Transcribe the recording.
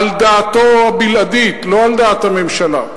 על דעתו הבלעדית, לא על דעת הממשלה?